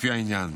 לפי העניין.